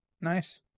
Nice